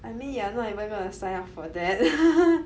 I mean you are not even gonna sign up for that